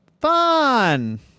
fun